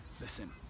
listen